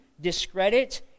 discredit